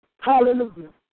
Hallelujah